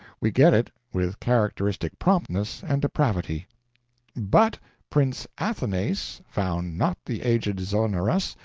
we get it with characteristic promptness and depravity but prince athanase found not the aged zonoras,